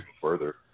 Further